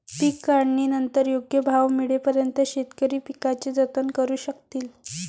पीक काढणीनंतर योग्य भाव मिळेपर्यंत शेतकरी पिकाचे जतन करू शकतील